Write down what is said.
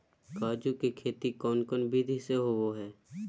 काजू के खेती कौन कौन विधि से होबो हय?